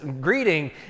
greeting